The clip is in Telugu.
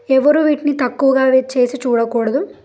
ఎవరూ వీటిని తక్కువగా చేసి చూడకూడదు